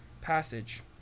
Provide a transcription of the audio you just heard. passage